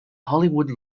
hollywood